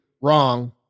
wrong